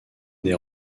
des